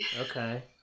okay